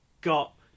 got